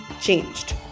changed